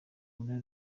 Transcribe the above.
umwe